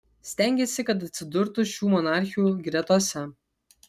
stengėsi kad atsidurtų šių monarchių gretose